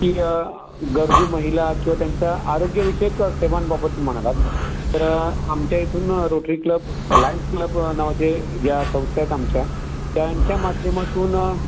की गरजू महिला किंवा त्यांच्या आरोग्य विषयक सेवांबाबत म्हणालात तर आमच्या इथून रोटरी क्लब लायन्स क्लब नावाच्या ज्या संस्था आहेत आमच्या त्यांच्या माध्यमातून